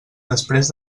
després